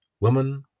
woman